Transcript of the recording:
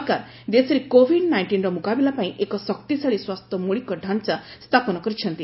ସରକାର ଦେଶରେ କୋଭିଡ ନାଇଷ୍ଟିନ୍ର ମୁକାବିଲା ପାଇଁ ଏକ ଶକ୍ତିଶାଳୀ ସ୍ୱାସ୍ଥ୍ୟ ମୌଳିକ ଢାଞ୍ଚା ସ୍ଥାପନ କରିଛନ୍ତି